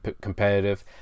competitive